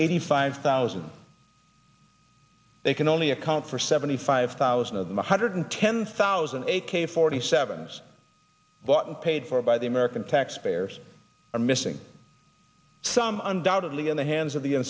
eighty five thousand they can only account for seventy five thousand of them one hundred ten thousand a k forty seven was bought and paid for by the american taxpayers are missing some undoubtedly in the hands of the